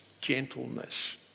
gentleness